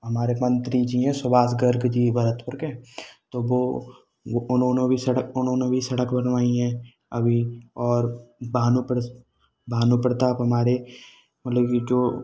हमारे मंत्री जी हैं सुभाष गर्ग जी भरतपुर के तो वह वह उन्होंने भी सड़क उन्होंने भी सड़क बनवाई हैं अभी और भानु भानु प्रताप हमारे मतलब कि जो